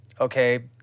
okay